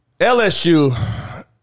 LSU